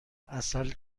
عسل